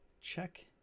check